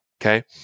Okay